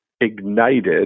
ignited